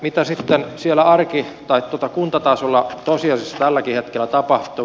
mitä sitten siellä kuntatasolla tosiasiassa tälläkin hetkellä tapahtuu